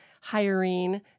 hiring